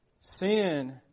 Sin